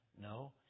No